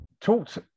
talked